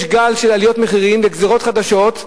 כשיש גל של עליות מחירים וגזירות חדשות,